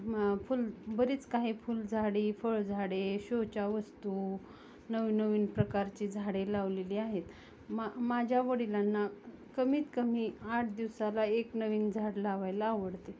मं फूल बरीच काही फुलझाडे फळझाडे शोच्या वस्तू नवीन नवीन प्रकारची झाडे लावलेली आहेत मा माझ्या वडिलांना कमीतकमी आठ दिवसाला एक नवीन झाड लावायला आवडते